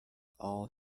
all